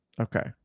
okay